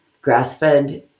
grass-fed